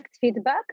feedback